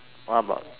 what about